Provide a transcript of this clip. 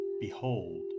Behold